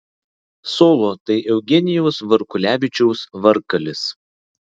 solo tai eugenijus varkulevičius varkalis